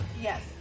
Yes